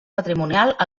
patrimonial